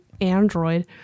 Android